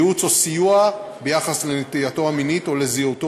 ייעוץ או סיוע ביחס לנטייתו המינית או לזהותו